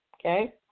Okay